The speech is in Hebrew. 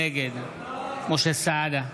נגד משה סעדה,